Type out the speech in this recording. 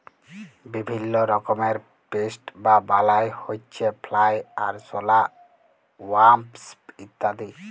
বিভিল্য রকমের পেস্ট বা বালাই হউচ্ছে ফ্লাই, আরশলা, ওয়াস্প ইত্যাদি